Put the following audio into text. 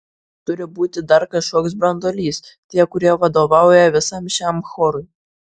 turi būti dar kažkoks branduolys tie kurie vadovauja visam šiam chorui